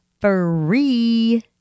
free